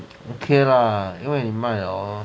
okay 啦因为你卖 hor